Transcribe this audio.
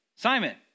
Simon